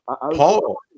Paul